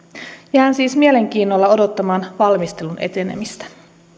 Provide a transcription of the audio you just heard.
jään siis mielenkiinnolla odottamaan valmistelun etenemistä